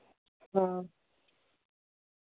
हां